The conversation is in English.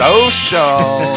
Social